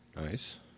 Nice